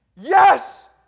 Yes